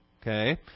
Okay